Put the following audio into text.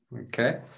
Okay